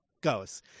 goes